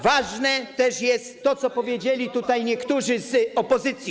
Ważne jest też to, co powiedzieli tutaj niektórzy z opozycji.